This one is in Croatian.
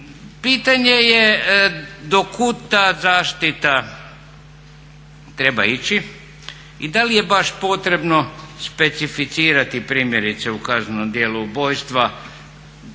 Pitanje je dokud ta zaštita treba ići i da li je baš potrebno specificirati primjerice u kaznenom djelu ubojstva,